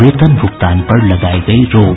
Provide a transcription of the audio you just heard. वेतन भुगतान पर लगाई गयी रोक